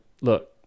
look